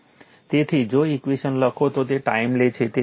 તેથી જો ઈક્વેશન લખો તો તે ટાઇમ લે છે